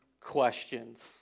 questions